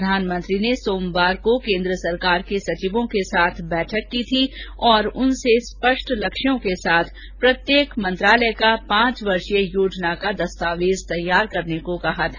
प्रधानमंत्री ने सोमवार को केन्द्र सरकार के सचिवों के साथ बैठक की थी और उनसे स्पष्ट लक्ष्यों के साथ प्रत्येक मंत्रालय का पांच वर्षीय योजना का दस्तावेज तैयार करने को कहा था